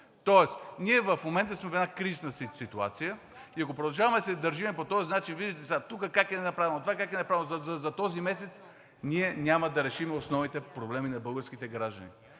Тоест ние в момента сме в една кризисна ситуация и ако продължаваме да се държим по този начин: виждате ли сега, тук как е направено, това как е направено, за този месец, няма да решим основните проблеми на българските граждани.